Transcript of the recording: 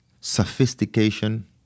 sophistication